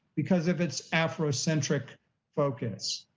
because if it's afrocentric focus.